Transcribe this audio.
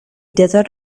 desert